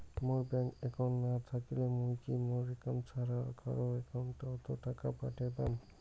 মোর bank account না থাকিলে মুই কি মোর একাউন্ট ছাড়া কারো একাউন্ট অত টাকা পাঠের পাম?